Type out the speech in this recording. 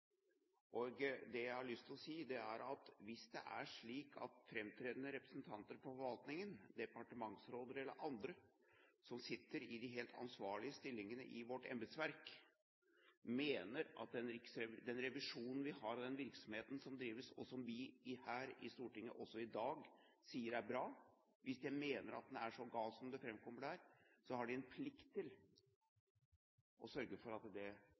posisjon. Det jeg har lyst til å si, er at hvis det er slik at framtredende representanter for forvaltningen, departementsråder eller andre, som sitter i de helt ansvarlige stillingene i vårt embetsverk, mener at den revisjonen vi har av den virksomheten som drives – som vi her i Stortinget også i dag sier er bra – er så gal som det framkommer der, har de en plikt til å sørge for at det